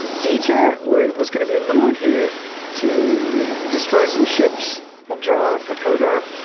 dieter was going to be lured here to destroy some ships and draw out vokodo.